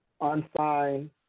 unsigned